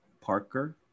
parker